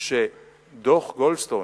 שדוח-גולדסטון